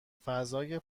فضای